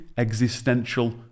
Existential